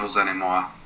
anymore